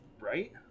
Right